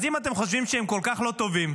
אז אם אתם חושבים שהם כל כך לא טובים,